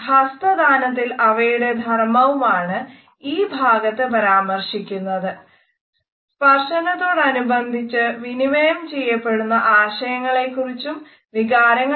ഹാപ്റ്റിക്സിനെ